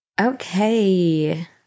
Okay